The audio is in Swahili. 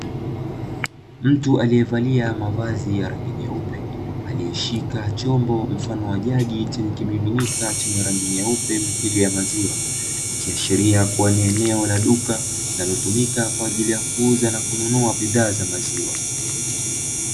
Mtu aliyevalia mavazi ya rangi nyeupe, aliyeshika chombo mfano wa jagi chenye kimiminika chenye rangi nyeupe mithili ya maziwa, ni kiashiria kuwa ni eneo la duka linalotumika kwa ajili ya kuuza na kununua bidhaa za maziwa.